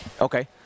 Okay